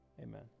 Amen